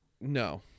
No